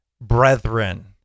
brethren